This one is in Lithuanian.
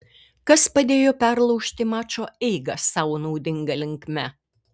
kas padėjo perlaužti mačo eigą sau naudinga linkme